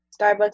Starbucks